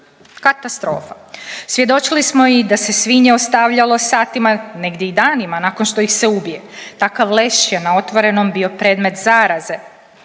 Katastrofa. Svjedočili smo i da se svinje ostavljalo satima, negdje i danima nakon što ih se ubije. Takav leš je na otvorenom bio predmet zaraze.